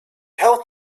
helped